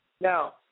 Now